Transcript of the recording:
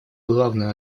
главную